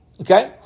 Okay